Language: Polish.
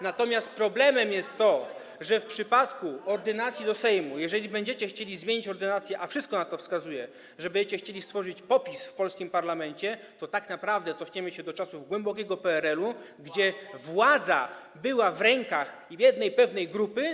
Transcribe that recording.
Natomiast problemem jest to, że w przypadku ordynacji do Sejmu, jeżeli będziecie chcieli zmienić ordynację, a wszystko na to wskazuje, że będziecie chcieli stworzyć PO-PiS w polskim parlamencie, tak naprawdę cofniemy się do czasów głębokiego PRL-u, gdzie władza była w rękach pewnej jednej grupy.